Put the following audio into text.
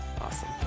awesome